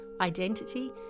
identity